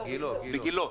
בגילה.